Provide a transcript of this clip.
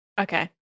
Okay